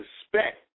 suspect